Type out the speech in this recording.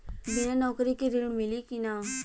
बिना नौकरी के ऋण मिली कि ना?